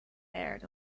aired